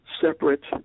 separate